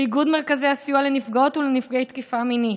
לאיגוד מרכזי הסיוע לנפגעות ולנפגעי תקיפה מינית,